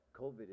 COVID